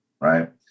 right